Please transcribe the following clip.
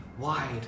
wide